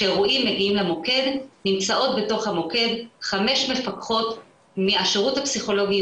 שאירועים מגיעים למוקד נמצאות בתוך המוקד 5 מפקחות מהשירות הפסיכולוגי,